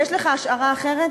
יש לך השערה אחרת?